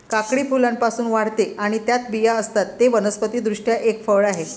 काकडी फुलांपासून वाढते आणि त्यात बिया असतात, ते वनस्पति दृष्ट्या एक फळ आहे